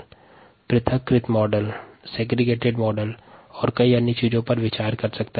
इसके अलावा संरचित मॉडल विसंयोजन मॉडल और अन्य हो सकते है